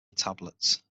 tablets